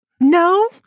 No